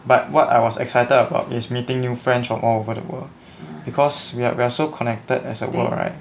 but what I was excited about is meeting new friends from all over the world because we are we are so connected as a world right